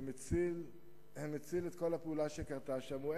שמציל את כל הפעולה שקרתה השבוע,